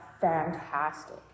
fantastic